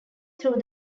through